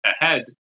ahead